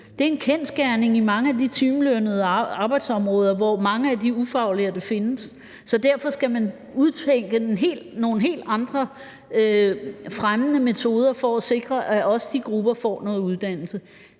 Det er en kendsgerning på mange af de timelønnede arbejdsområder, hvor mange af de ufaglærte findes, så derfor skal man udtænke nogle helt andre fremmende metoder for at sikre, at også de grupper får noget uddannelse.